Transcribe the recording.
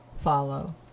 follow